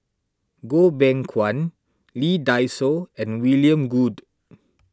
Goh Beng Kwan Lee Dai Soh and William Goode